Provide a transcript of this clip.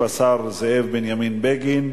ישיב השר זאב בנימין בגין.